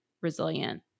resilient